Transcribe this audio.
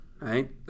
right